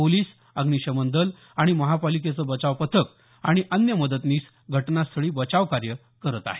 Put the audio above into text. police अग्निशमन दल आणि महापालिकेचे बचाव पथक आणि अन्य मदतनीस घटनास्थळी बचाव कायं करत आहेत